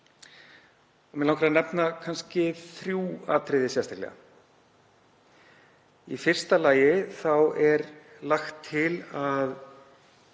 Mig langar að nefna þrjú atriði sérstaklega. Í fyrsta lagi er lagt til að